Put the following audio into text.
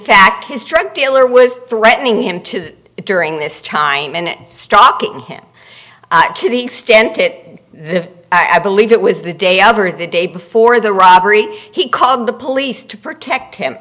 fact his drug dealer was threatening him to do it during this time and stalking him to the extent that the i believe it was the day of or the day before the robbery he called the police to protect him